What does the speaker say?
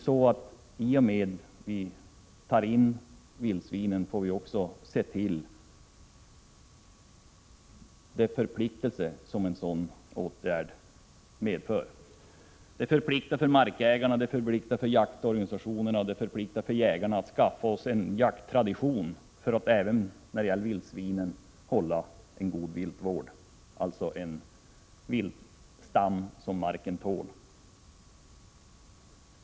I och med att vi tar in vildsvin måste vi också ikläda oss de förpliktelser en sådan åtgärd medför. Det förpliktar markägare, jaktorganisationer och jägare att skapa en jakttradition för att hålla en god viltvård även när det gäller vildsvinen, dvs. en viltstam som marken tål.